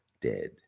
dead